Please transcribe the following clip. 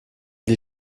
die